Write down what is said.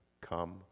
Come